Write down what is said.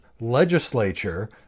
legislature